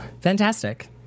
Fantastic